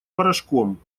порошком